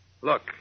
Look